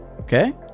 Okay